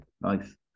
nice